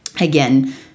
again